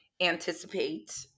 anticipate